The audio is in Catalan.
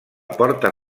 porta